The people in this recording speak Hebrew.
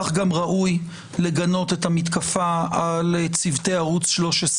כך גם ראוי לגנות את המתקפה על צוותי ערוץ 13,